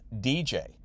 DJ